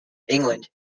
england